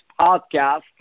podcast